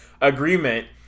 agreement